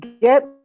get